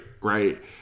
right